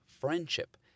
friendship